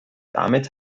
damit